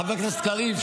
חבר הכנסת קריב,